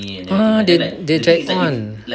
ah they they drag on